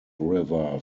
river